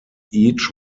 each